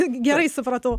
gerai supratau